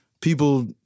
people